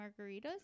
margaritas